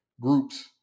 groups